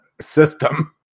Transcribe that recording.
system